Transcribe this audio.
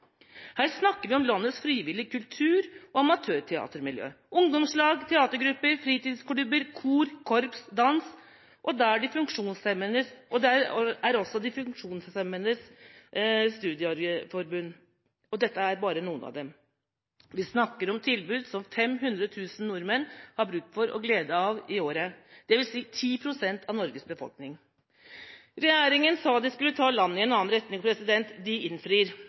Her snakker vi om landets frivillige kultur- og amatørteatermiljø, ungdomslag, teatergrupper, fritidsklubber, kor, korps, dans – og der er også de funksjonshemmedes studieforbund med. Og dette er bare noen av dem. Vi snakker om tilbud som 500 000 nordmenn har bruk for og glede av i året, dvs. 10 pst. av Norges befolkning. Regjeringa sa at den skulle ta landet i en annen retning. Den innfrir.